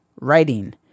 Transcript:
writing